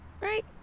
Right